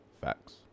Facts